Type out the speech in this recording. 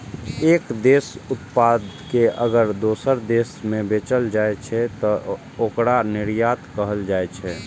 एक देशक उत्पाद कें अगर दोसर देश मे बेचल जाइ छै, तं ओकरा निर्यात कहल जाइ छै